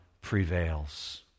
prevails